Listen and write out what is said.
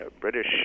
British